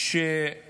בתוספות